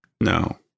No